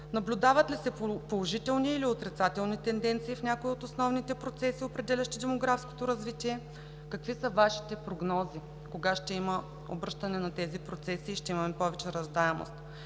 наблюдават ли се положителни или отрицателни тенденции в някои от основните процеси, определящи демографското развитие; какви са Вашите прогнози – кога ще има обръщане на тези процеси и ще имаме повече раждаемост;